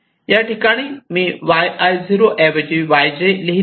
याठिकाणी मी yi0 ऐवजी yj लिहीत आहे